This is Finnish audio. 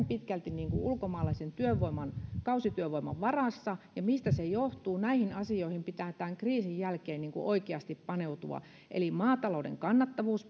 pitkälti ulkomaalaisen työvoiman kausityövoiman varassa ja siihen mistä se johtuu näihin asioihin pitää tämän kriisin jälkeen oikeasti paneutua maatalouden kannattavuus